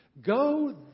Go